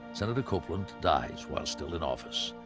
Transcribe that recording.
senator copeland dies while still in office.